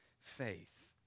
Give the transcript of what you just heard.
faith